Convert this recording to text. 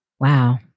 Wow